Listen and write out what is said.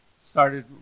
started